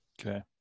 Okay